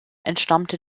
entstammte